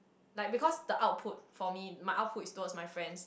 like because the output for me my output is towards my friends